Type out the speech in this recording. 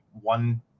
one